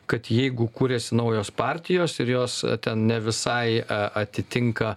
kad jeigu kuriasi naujos partijos ir jos ten ne visai atitinka